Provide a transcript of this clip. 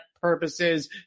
purposes